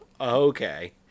Okay